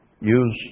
use